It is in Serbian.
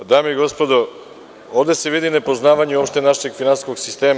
Dame i gospodo, ovde se vidi nepoznavanje opšte našeg finansijskog sistema.